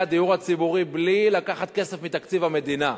הדיור הציבורי בלי לקחת כסף מתקציב המדינה.